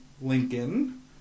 Lincoln